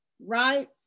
right